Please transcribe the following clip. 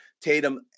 Tatum